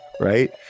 Right